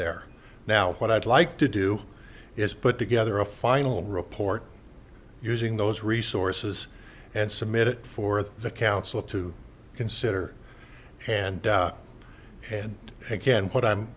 there now what i'd like to do is put together a final report using those resources and submit it for the council to consider and and again what i'm